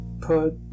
put